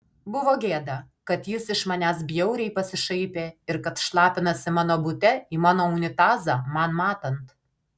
buvo gėda kad jis iš manęs bjauriai pasišaipė ir kad šlapinasi mano bute į mano unitazą man matant